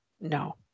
no